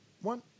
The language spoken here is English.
one